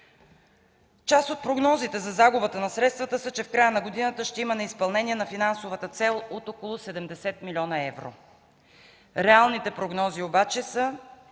Част от прогнозите за загубата на средствата са, че в края на годината ще има неизпълнение на финансовата цел от около 70 млн. евро. Реалните прогнози обаче са,